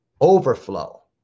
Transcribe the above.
overflow